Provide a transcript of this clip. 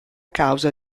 causa